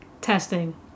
Testing